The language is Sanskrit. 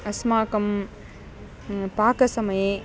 अस्माकं पाकसमये